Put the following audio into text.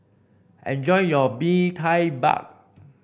enjoy your Bee Tai Mak